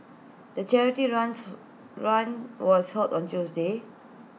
the charity runs run was held on Tuesday